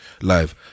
live